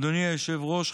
אדוני היושב-ראש,